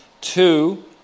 Two